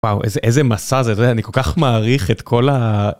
וואו איזה איזה מסע זה אני כל כך מעריך את כל ה...